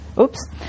oops